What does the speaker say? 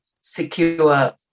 secure